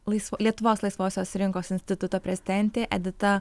laisvo lietuvos laisvosios rinkos instituto prezidentė edita